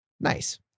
Nice